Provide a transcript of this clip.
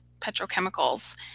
petrochemicals